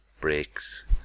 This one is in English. breaks